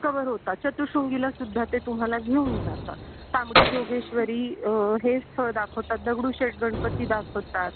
cover होतात चतुर्शृंगीला सुद्धा ते तुम्हाला घेऊन जातात तांबडी जोगेश्वरी हे स्थळ दाखवतात दगडूशेठ गणपती दाखवतात